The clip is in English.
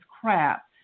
crap